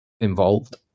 involved